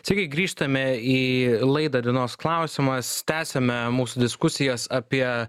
sveiki grįžtame į laidą dienos klausimas tęsiame mūsų diskusijas apie